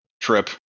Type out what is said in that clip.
trip